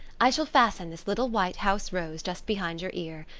i shall fasten this little white house rose just behind your ear.